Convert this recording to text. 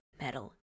metal